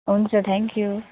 हुन्छ thank you